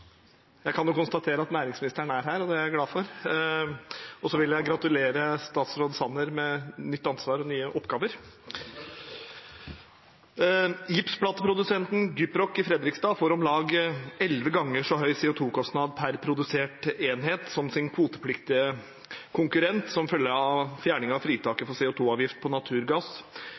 jeg glad for, og så vil jeg gratulere statsråd Sanner med nytt ansvar og nye oppgaver. «Gipsplateprodusenten Gyproc får om lag 11 ganger så høy CO 2 -kostnad per produsert enhet som sin kvotepliktige konkurrent som følge av at regjeringen fjernet fritaket for CO 2 -avgift på naturgass